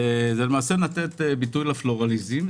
זה לתת ביטוי לפלורליזם,